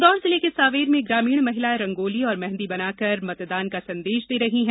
इंदौर जिले के सांवेर में ग्रामीण महिलाएं रंगोली और मेंहदी बनाकर मतदान का संदेश दे रहीं है